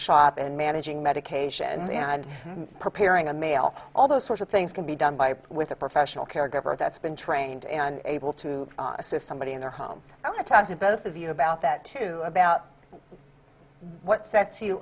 shop and managing medications and preparing a mail all those sorts of things can be done by with a professional caregiver that's been trained and able to assist somebody in their home i want to talk to both of you about that too about what sets you